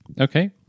Okay